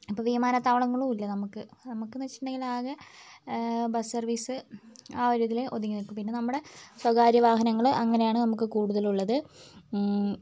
ഇപ്പോൾ വിമാനത്താവളങ്ങളും ഇല്ല നമുക്ക് നമുക്ക് വെച്ചിട്ടുണ്ടെങ്കിൽ ആകെ ബസ് സർവീസ് ആ ഒരു ഇതിലേ ഒതുങ്ങിനിൽക്കൂ പിന്നെ നമ്മുടെ സ്വകാര്യ വാഹനങ്ങൾ അങ്ങനെയാണ് നമുക്ക് കൂടുതലുള്ളത്